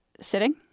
sitting